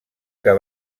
que